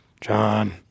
John